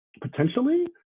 potentially